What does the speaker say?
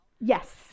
Yes